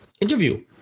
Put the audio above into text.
interview